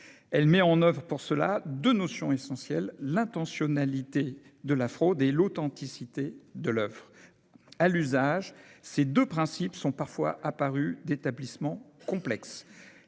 Elle met en oeuvre pour cela deux notions essentielles, l'intentionnalité de la fraude et l'authenticité de l'oeuvre. À l'usage, ces deux principes sont parfois apparus d'établissement complexe